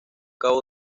cabo